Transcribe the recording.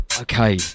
Okay